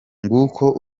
nguko